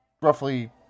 Roughly